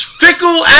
fickle